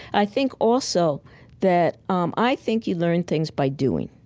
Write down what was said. i think also that um i think you learn things by doing,